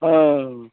हाँ